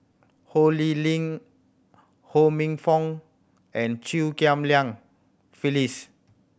Ho Lee Ling Ho Minfong and Chew Ghim Lian Phyllis